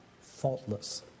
faultless